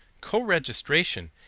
Co-registration